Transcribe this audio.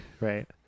right